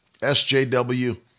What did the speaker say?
SJW